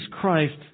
Christ